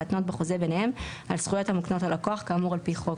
להתנות בחוזה ביניהם על זכויות המוקנות ללקוח כאמור על פי חוק